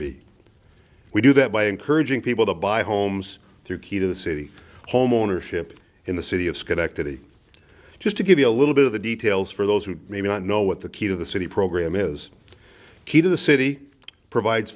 be we do that by encouraging people to buy homes through key to the city homeownership in the city of schenectady just to give you a little bit of the details for those who may not know what the key to the city program is key to the city provides